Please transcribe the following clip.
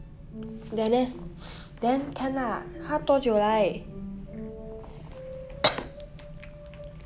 then then then turn lah 它多久来